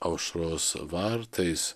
aušros vartais